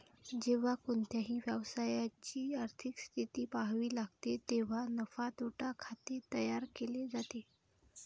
जेव्हा कोणत्याही व्यवसायाची आर्थिक स्थिती पहावी लागते तेव्हा नफा तोटा खाते तयार केले जाते